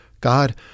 God